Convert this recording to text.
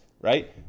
right